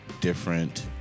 different